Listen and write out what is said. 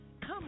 Come